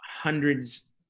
hundreds